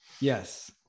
Yes